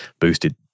boosted